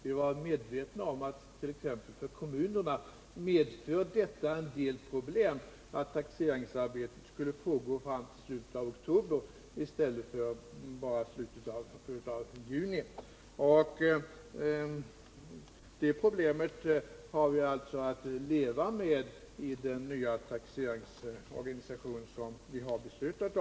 Vi var medvetna om att det t.ex. för kommunerna medför en del problem att taxeringsarbetet pågår fram till slutet av oktober i stället för, som tidigare, slutet av juni. Det problemet har vi alltså att leva med i den nya taxeringsorganisation som har beslutats.